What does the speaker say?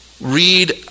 Read